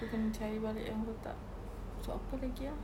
aku kena cari balik yang ada tak so apa lagi ah